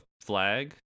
flag